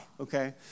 okay